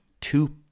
two